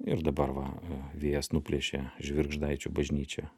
ir dabar va vėjas nuplėšė žvirgždaičių bažnyčią